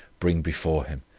bring before him